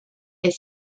est